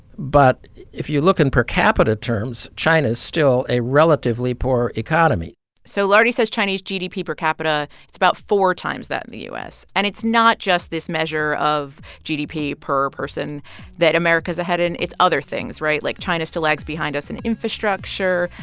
but if you look in per capita terms, china is still a relatively poor economy so lardy says chinese gdp per capita it's about four times that in the u s. and it's not just this measure of gdp per person that america's ahead in, it's other things. right? like, china still lags behind us in infrastructure,